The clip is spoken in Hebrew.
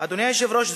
אדוני היושב-ראש,